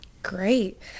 Great